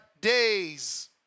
days